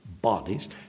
bodies